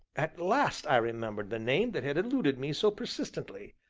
at last i remembered the name that had eluded me so persistently.